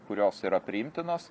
kurios yra priimtinos